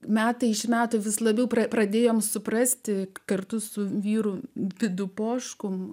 metai iš metų vis labiau pradėjome suprasti kartu su vyru vidu poškumi